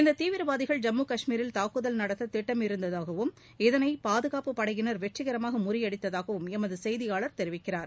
இந்த தீவிரவாதிகள் ஜம்மு கஷ்மீரில் தாக்குதல் நடத்த திட்டமிட்டிருந்ததாகவும் இதனை பாதுகாப்புப் படையினர் வெற்றிகரமாக முறியடித்ததாகவும் எமது செய்தியாளர் தெரிவிக்கிறார்